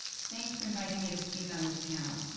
thanks for inviting me to speak on this panel.